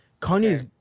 kanye's